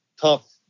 tough